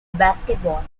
basketball